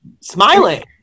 smiling